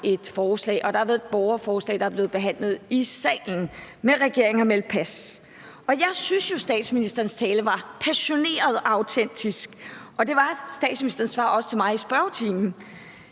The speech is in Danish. beslutningsforslag, og det var et borgerforslag, der er blevet behandlet i salen . Men regeringen har meldt pas. Og jeg synes jo, at statsministerens tale var passioneret og autentisk, og det var statsministerens svar til mig i spørgetimen